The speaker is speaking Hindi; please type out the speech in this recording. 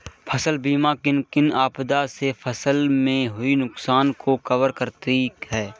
फसल बीमा किन किन आपदा से फसल में हुए नुकसान को कवर करती है